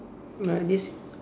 uh this